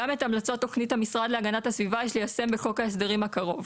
גם את המלצות תוכנית המשרד להגנת הסביבה יש ליישם בחוק ההסדרים הקרוב.